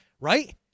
Right